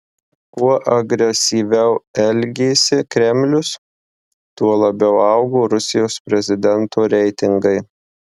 kuo agresyviau elgėsi kremlius tuo labiau augo rusijos prezidento reitingai